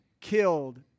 killed